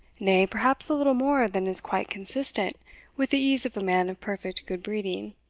nay, perhaps a little more than is quite consistent with the ease of a man of perfect good-breeding,